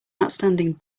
outstanding